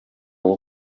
bwo